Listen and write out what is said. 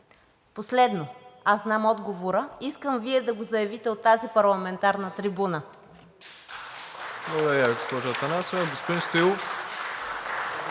Последно, аз знам отговора, искам Вие да го заявите от тази парламентарна трибуна. (Ръкопляскания от